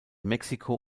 mexiko